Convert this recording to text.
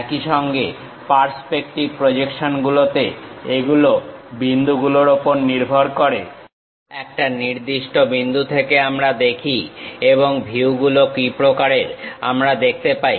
একইভাবে পার্সপেক্টিভ প্রজেকশনগুলোতে এগুলো বিন্দুগুলোর উপর নির্ভর করে একটা নির্দিষ্ট বিন্দু থেকে আমরা দেখি এবং ভিউগুলো কি প্রকারের আমরা দেখতে পাই